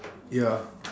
ya